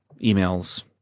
Emails